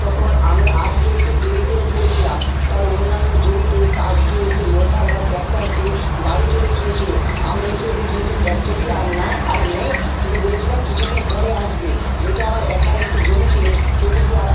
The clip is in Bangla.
তখন আমি আসতে একটু দেরি করে ফেলেছিলাম তাই অন্যান্য জমিতে চাষ দিয়ে সেই লোডার বা ট্যাক্টারটি বাড়ি চলে গিয়েছিলো আমি এসে দেখি সেই ট্যাক্টারটি আর নাই আর নেই তিনি বলেছিলেন কিছু দিন পরে আসবে যেহেতু আমার একার একটি জমি ছিলো সেহেতু সে আর